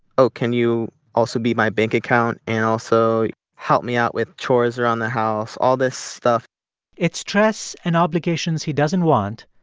oh, can you also be my bank account and also help me out with chores around the house all this stuff it's stress and obligations he doesn't want.